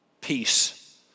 peace